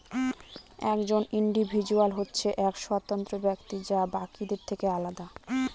একজন ইন্ডিভিজুয়াল হচ্ছে এক স্বতন্ত্র ব্যক্তি যে বাকিদের থেকে আলাদা